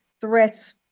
threats